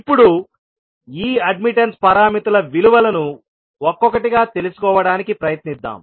ఇప్పుడు ఈ అడ్మిట్టన్స్ పారామితుల విలువలను ఒక్కొక్కటిగా తెలుసుకోవడానికి ప్రయత్నిద్దాం